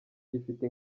gifite